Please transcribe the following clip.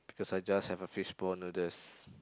because I just have a fishball noodles